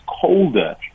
colder